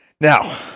Now